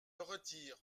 retire